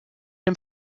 dem